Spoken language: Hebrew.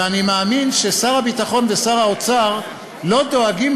ואני מאמין ששר הביטחון ושר האוצר לא דואגים